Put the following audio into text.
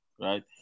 right